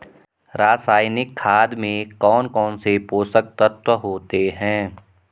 रासायनिक खाद में कौन कौन से पोषक तत्व होते हैं?